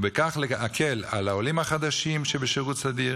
ובכך להקל על העולים החדשים שבשירות סדיר